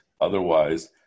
Otherwise